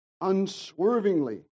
unswervingly